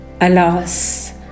Alas